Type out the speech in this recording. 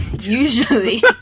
usually